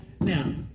Now